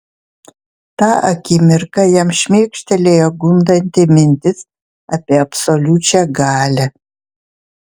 tą akimirką jam šmėkštelėjo gundanti mintis apie absoliučią galią